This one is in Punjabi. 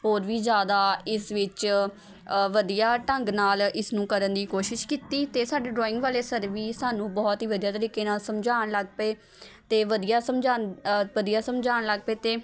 ਹੋਰ ਵੀ ਜ਼ਿਆਦਾ ਇਸ ਵਿੱਚ ਵਧੀਆ ਢੰਗ ਨਾਲ ਇਸ ਨੂੰ ਕਰਨ ਦੀ ਕੋਸ਼ਿਸ਼ ਕੀਤੀ ਅਤੇ ਸਾਡੇ ਡਰੋਇੰਗ ਵਾਲੇ ਸਰ ਵੀ ਸਾਨੂੰ ਬਹੁਤ ਹੀ ਵਧੀਆ ਤਰੀਕੇ ਨਾਲ ਸਮਝਾਉਣ ਲੱਗ ਪਏ ਅਤੇ ਵਧੀਆ ਸਮਝਾਉਣ ਵਧੀਆ ਸਮਝਾਉਣ ਲੱਗ ਪਏ ਅਤੇ